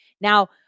Now